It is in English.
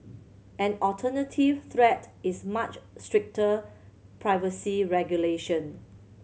an alternative threat is much stricter privacy regulation